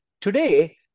Today